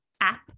app